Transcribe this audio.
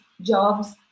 jobs